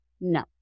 No